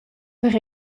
per